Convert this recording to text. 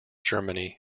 germany